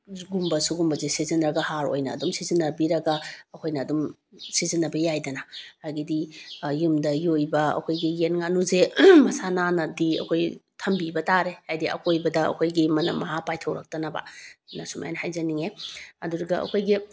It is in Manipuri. ꯒꯨꯝꯕ ꯁꯤꯒꯨꯝꯕꯁꯦ ꯁꯤꯖꯤꯟꯅꯔꯒ ꯍꯥꯔ ꯑꯣꯏꯅ ꯑꯗꯨꯝ ꯁꯤꯖꯤꯟꯅꯕꯤꯔꯒ ꯑꯩꯈꯣꯏꯅ ꯑꯗꯨꯝ ꯁꯤꯖꯤꯟꯅꯕ ꯌꯥꯏꯗꯅ ꯑꯗꯒꯤꯗꯤ ꯌꯨꯝꯗ ꯌꯣꯛꯏꯕ ꯑꯩꯈꯣꯏꯒꯤ ꯌꯦꯟ ꯉꯥꯅꯨꯁꯦ ꯃꯁꯥ ꯅꯥꯟꯅꯗꯤ ꯑꯩꯈꯣꯏ ꯊꯝꯕꯤꯕ ꯇꯥꯔꯦ ꯍꯥꯏꯗꯤ ꯑꯀꯣꯏꯕꯗ ꯑꯩꯈꯣꯏꯒꯤ ꯃꯅꯝ ꯃꯍꯥ ꯄꯥꯏꯊꯣꯔꯛꯇꯅꯕꯅ ꯁꯨꯃꯥꯏꯅ ꯍꯥꯏꯖꯅꯤꯉꯦ ꯑꯗꯨꯒ ꯑꯩꯈꯣꯏꯒꯤ